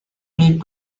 need